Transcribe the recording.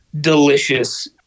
delicious